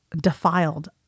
defiled